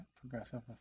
Progressive